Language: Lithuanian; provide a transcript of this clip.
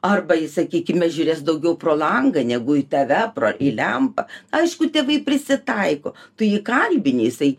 arba jis sakykime žiūrės daugiau pro langą negu į tave pro į lempą aišku tėvai prisitaiko tu jį kalbini jisai